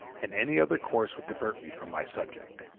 and any other course would divert me from my subject.